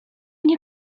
nie